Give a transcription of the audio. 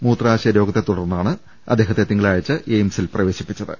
മൂത്രാശയരോ ഗത്തെ തുടർന്നാണ് അദ്ദേഹത്തെ തിങ്കളാഴ്ച എയിംസിൽ പ്രവേശിപ്പിച്ചത്